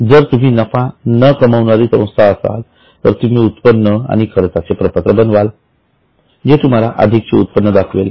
जर तुम्ही नफा न कमविणारी संस्था असाल तर तुम्ही उत्पन्न आणि खर्चाचे प्रपत्र बनवाल जे तुम्हाला अधिकचे उत्पन्न दाखवेल